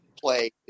play